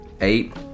eight